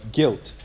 guilt